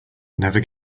never